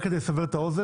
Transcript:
רק כדי לסבר את האוזן,